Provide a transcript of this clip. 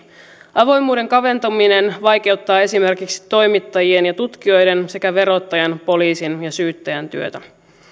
avoimuuden kaventuminen vaikeuttaa esimerkiksi toimittajien ja tutkijoiden sekä verottajan poliisin ja syyttäjän työtä